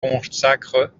consacre